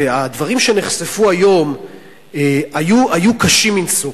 הדברים שנחשפו היום היו קשים מנשוא.